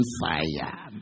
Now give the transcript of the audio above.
fire